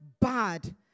bad